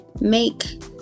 make